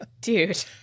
dude